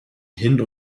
hin